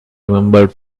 remembered